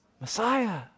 Messiah